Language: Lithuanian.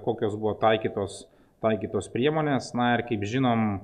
kokios buvo taikytos taikytos priemonės na ir kaip žinom